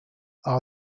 are